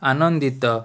ଆନନ୍ଦିତ